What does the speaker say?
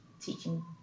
teaching